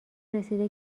رسیده